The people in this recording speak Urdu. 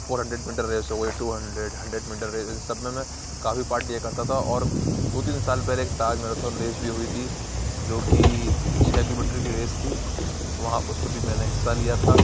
فور ہنڈریڈ میٹر ریس ہو گئی two hundred hundred metre races سب میں میں کافی پارٹ لیا کرتا تھا اور دو تین سال پہلے تاج میراتھن ریس بھی ہوئی تھی جو کہ چھ کلو میٹر کی ریس تھی وہاں اس میں بھی میں نے حصہ لیا تھا